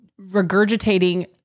regurgitating